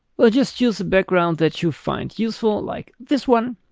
we'll just choose a background that you find useful like this one.